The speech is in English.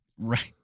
Right